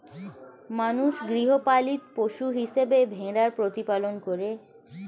মানুষ গৃহপালিত পশু হিসেবে ভেড়ার প্রতিপালন করে